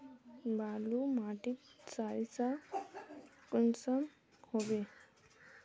बालू माटित सारीसा कुंसम होबे?